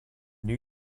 new